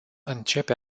începe